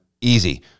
easy